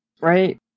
Right